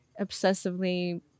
obsessively